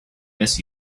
miss